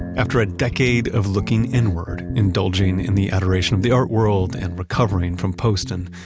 after a decade of looking inward, indulging in the adoration of the art world and recovering from poston,